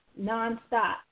nonstop